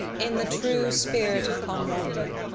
in the true spirit of camaraderie,